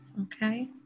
okay